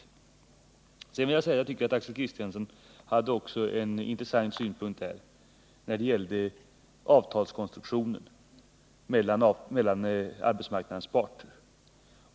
Sedan vill jag säga att jag tycker att Axel Kristiansson hade en intressant synpunkt beträffande konstruktionen av avtal mellan arbetsmarknadens parter.